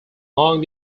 long